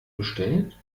bestellt